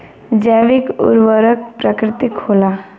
जैविक उर्वरक प्राकृतिक होला